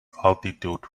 altitude